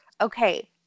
Okay